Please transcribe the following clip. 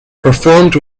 performed